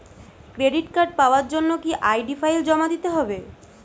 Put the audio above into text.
Credit card পাওয়ার জন্য কি আই.ডি ফাইল জমা দিতে হবে?